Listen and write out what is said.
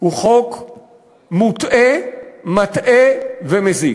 הוא חוק מוטעה, מטעה ומזיק.